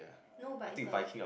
no but it's a